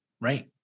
Right